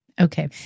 okay